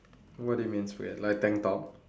what do you mean spaghe~ like tank top